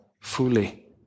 Fully